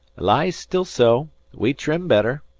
lie still so we trim better.